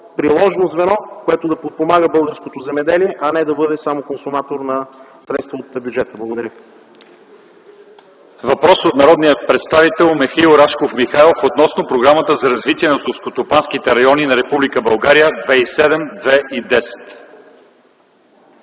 приложно звено, което да подпомага българското земеделие, а не да бъде само консуматор на средства от бюджета. Благодаря.